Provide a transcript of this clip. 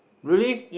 really